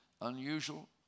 unusual